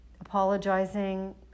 apologizing